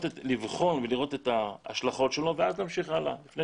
לבחון ולראות את ההשלכות שלו ואז להמשיך הלאה לפני